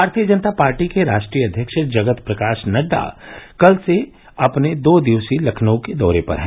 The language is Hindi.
भारतीय जनता पार्टी के राष्ट्रीय अध्यक्ष जगत प्रकाश नड्डा कल से अपने दो दिवसीय लखनऊ के दौरे पर हैं